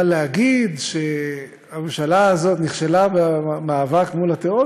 אבל להגיד שהממשלה הזאת נכשלה במאבק מול הטרור,